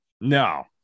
No